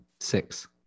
six